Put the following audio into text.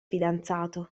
fidanzato